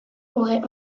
aurait